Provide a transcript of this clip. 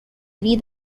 three